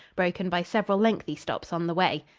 broken by several lengthy stops on the way.